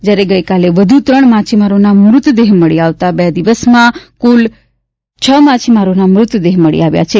જ્યારે ગઈકાલે વધુ ત્રણ માછીમારોના મ્રતદેહ મળી આવતા બે દિવસમાં કુલ માછીમારોના મ્રતદેહ મળી આવ્યા છે